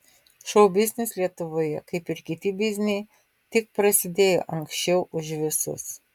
šou biznis lietuvoje kaip ir kiti bizniai tik prasidėjo anksčiau už visus